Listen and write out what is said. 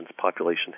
population